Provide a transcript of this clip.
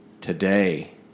today